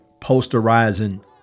Posterizing